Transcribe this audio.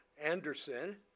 Anderson